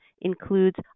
includes